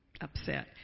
upset